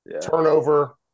turnover